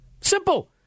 Simple